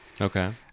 Okay